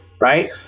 Right